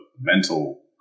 mental